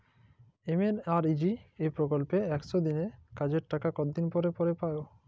MNREGA প্রকল্পে একশ দিনের কাজের টাকা কতদিন পরে পরে পাব?